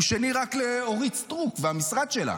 הוא שני רק לאורית סטרוק והמשרד שלה,